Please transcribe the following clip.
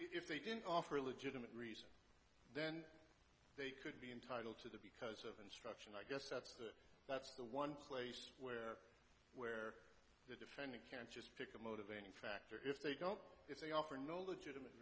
if they didn't offer a legitimate reason then they could be entitled to the because of instruction i guess that's the that's the one place where where the defendant can't just pick a motivating factor if they don't if they offer no legitimate